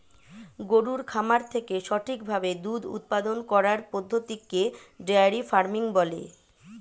গরুর খামার থেকে সঠিক ভাবে দুধ উপাদান করার পদ্ধতিকে ডেয়ারি ফার্মিং বলে